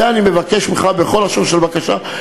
זה אני מבקש ממך בכל לשון של בקשה,